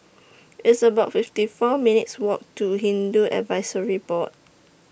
It's about fifty four minutes' Walk to Hindu Advisory Board